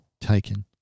taken